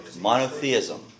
Monotheism